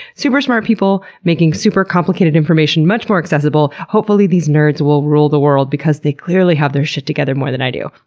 super smart people making super complicated information much more accessible. hopefully these nerds will rule the world because they clearly have their shit together more than i do.